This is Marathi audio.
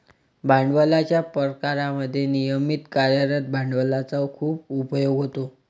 भांडवलाच्या प्रकारांमध्ये नियमित कार्यरत भांडवलाचा खूप उपयोग होतो